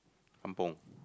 kampung